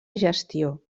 gestió